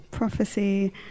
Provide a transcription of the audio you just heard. prophecy